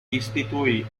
istituì